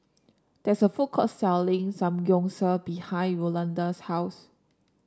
there is a food court selling Samgeyopsal behind Rolanda's house